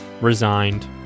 Resigned